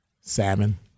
Salmon